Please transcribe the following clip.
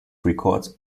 records